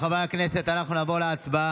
חברי הכנסת, אנחנו נעבור להצבעה.